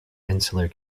insular